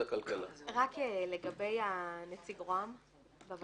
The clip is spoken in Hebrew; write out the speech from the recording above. לגבי נציג משרד ראש הממשלה בוועדה.